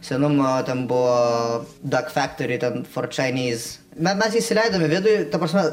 senumo ten buvo dark faktory ten for čiainys bet mes įsileidom į vidų ta prasme